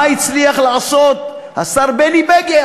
מה הצליח לעשות השר בני בגין,